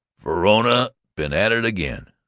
verona been at it again!